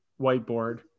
whiteboard